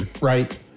Right